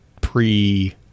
pre